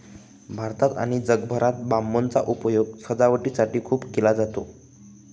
भारतात आणि जगभरात बांबूचा उपयोग सजावटीसाठी खूप केला जातो